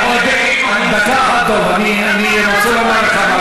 כנראה, אדוני, אני מסיים.